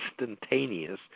instantaneous